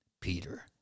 Peter